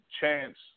chance